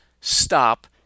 stop